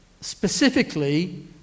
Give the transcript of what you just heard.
specifically